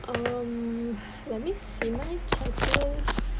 um let me